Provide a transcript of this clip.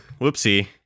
Whoopsie